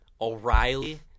O'Reilly